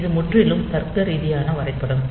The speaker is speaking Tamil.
இது முற்றிலும் தர்க்கரீதியான வரைபடம்